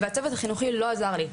והצוות החינוכי לא עזר לי,